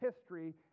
history